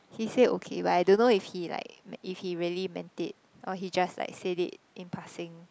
he say okay but I don't know if he like mea~ if he really meant it or he just like said it in passing